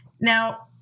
Now